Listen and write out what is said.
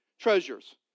treasures